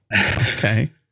okay